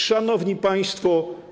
Szanowni Państwo!